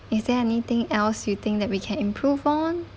is there anything else you think that we can improve on